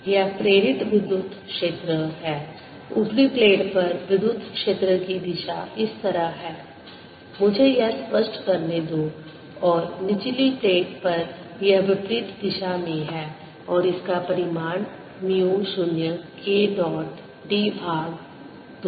यह प्रेरित विद्युत क्षेत्र है ऊपरी प्लेट पर विद्युत क्षेत्र की दिशा इस तरह है मुझे यह स्पष्ट करने दो और निचली प्लेट पर यह विपरीत दिशा में है और इसका परिमाण है म्यू 0 K डॉट d भाग 2